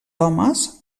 homes